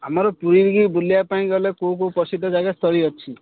ଆମର ପୁରୀକି ବୁଲିବା ପାଇଁ ଗଲେ କୋଉ କୋଉ ପ୍ରସିଦ୍ଧ ଜାଗା ସ୍ଥଳୀ ଅଛି